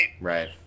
Right